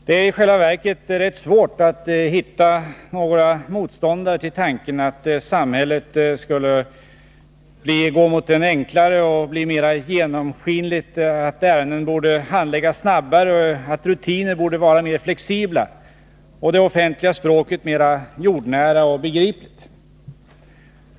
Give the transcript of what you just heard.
Det är i själva verket rätt svårt att hitta några motståndare tilltanken att samhället borde bli enklare och mer genomskinligt, att ärenden borde handläggas snabbare, att rutiner borde vara mer flexibla och det offentliga språket mer jordnära och begripligt.